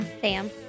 Sam